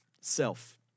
self